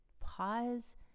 pause